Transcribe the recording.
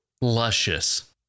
Luscious